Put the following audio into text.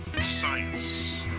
Science